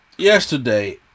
Yesterday